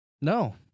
No